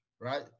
right